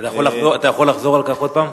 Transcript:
אתה יכול לחזור על כך עוד פעם?